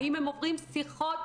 האם הם עוברים שיחות